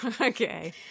Okay